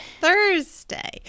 Thursday